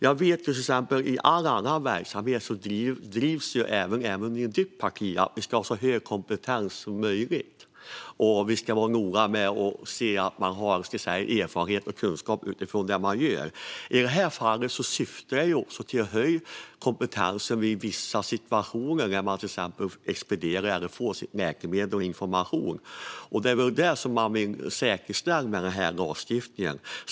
Jag vet att för annan verksamhet drivs även i ditt parti frågan om att kompetensen ska vara så hög som möjligt. Det är noga med erfarenhet och kunskap. I det här fallet handlar det om att höja kompetensen i vissa situationer, till exempel vid expediering av läkemedel och information. Det är den kompetensen man vill säkerställa med hjälp av lagstiftningen.